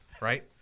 right